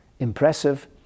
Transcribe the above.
impressive